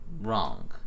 Wrong